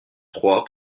trois